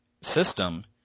system